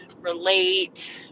relate